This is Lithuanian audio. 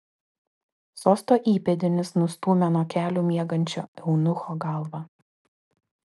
sosto įpėdinis nustūmė nuo kelių miegančio eunucho galvą